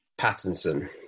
Pattinson